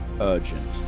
urgent